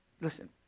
listen